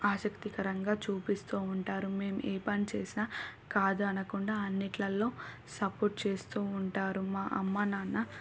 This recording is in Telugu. ఆసక్తికరంగా చూపిస్తూ ఉంటారు మేం ఏ పని చేసినా కాదు అనకుండా అన్నిట్లల్లో సపోర్ట్ చేస్తూ ఉంటారు మా అమ్మ నాన్న